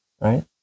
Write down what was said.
right